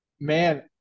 Man